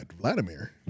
Vladimir